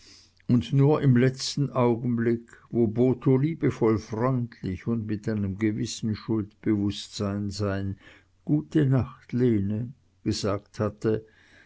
und nur im letzten augenblick wo botho liebevoll freundlich und mit einem gewissen schuldbewußtsein sein gute nacht lene gesagt hatte